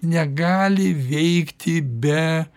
negali veikti be